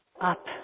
up